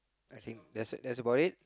I think that's that's about it